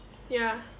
ya